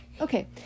Okay